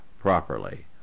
properly